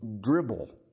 dribble